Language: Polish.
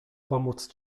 pomóc